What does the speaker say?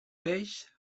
peix